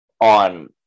on